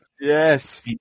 Yes